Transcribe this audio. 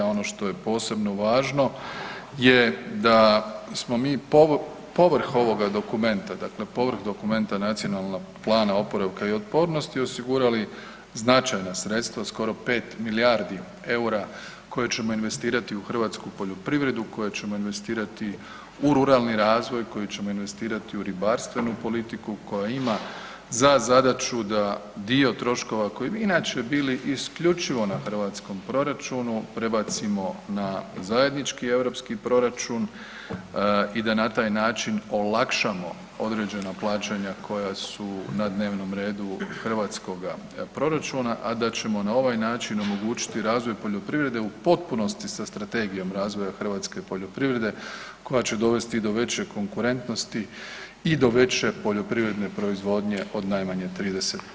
A ono što je posebno važno je da smo mi povrh ovoga dokumenta, dakle povrh Nacionalnog plana oporavka i otpornosti osigurali značajna sredstva, skoro 5 milijardi EUR-a koja ćemo investirati u hrvatsku poljoprivredu, koja ćemo investirati u ruralni razvoj, koja ćemo investirati u ribarstvenu politiku koja ima za zadaću da dio troškova koji bi inače bili isključivo na hrvatskom proračunu prebacimo na zajednički europski proračun i da na taj način olakšamo određena plaćanja koja su na dnevnom redu hrvatskoga proračuna, a da ćemo na ovaj način omogućiti razvoj poljoprivrede u potpunosti sa strategijom razvoja hrvatske poljoprivrede koja će dovesti i do veće konkurentnosti i do veće poljoprivredne proizvodnje od najmanje 30%